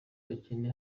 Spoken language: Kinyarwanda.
abakene